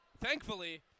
thankfully